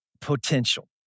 potential